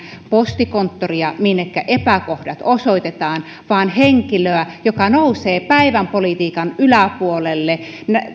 postikonttoria minne epäkohdat osoitetaan vaan henkilöä joka nousee päivänpolitiikan yläpuolelle